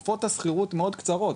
תקופות השכירות מאוד קצרות,